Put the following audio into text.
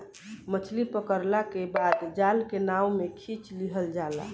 मछली पकड़ला के बाद जाल के नाव में खिंच लिहल जाला